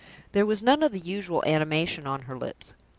there was none of the usual animation on her lips,